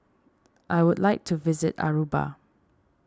I would like to visit Aruba